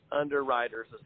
Underwriters